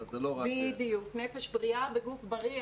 בדיוק, נפש בריאה וגוף בריא.